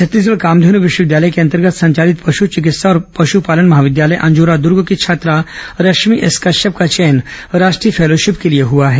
छत्तीसगढ़ कामधेन् विश्वविद्यालय के अंतर्गत संचालित पश् चिकित्सा और पश्यपालन महाविद्यालय अंजोरा दुर्ग की छात्रा रश्मि एस कश्यप का चयन राष्ट्रीय फैलोशिप के लिए हुआ है